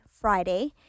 Friday